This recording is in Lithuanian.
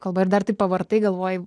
kalba ir dar taip pavartai galvoji